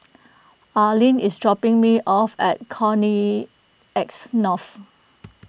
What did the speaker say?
Arlin is dropping me off at Connexis North